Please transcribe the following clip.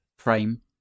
Frame